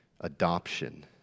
Adoption